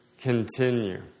continue